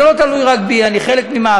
אבל זה לא תלוי רק בי, אני חלק ממערכת.